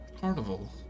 carnival